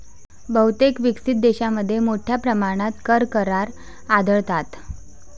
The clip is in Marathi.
बहुतेक विकसित देशांमध्ये मोठ्या प्रमाणात कर करार आढळतात